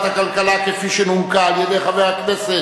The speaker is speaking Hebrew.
הכלכלה בדבר פיצול